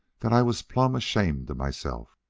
that i was plumb ashamed of myself.